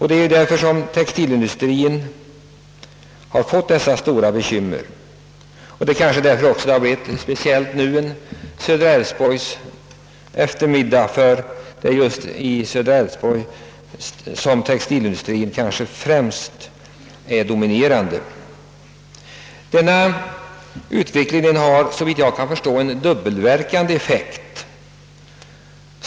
Det är därför textilindustrien fått dessa stora bekymmer, och det är kanske också därför som det nu blivit en Södra Älvsborgs eftermiddag: det är ju i Södra Älvsborg som textilindustrien är den dominerande näringsgrenen. Denna utveckling har såvitt jag förstår en dubbelverkande effekt.